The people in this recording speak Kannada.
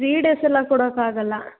ತ್ರೀ ಡೇಸ್ ಎಲ್ಲ ಕೊಡೋಕಾಗೊಲ್ಲ